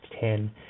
ten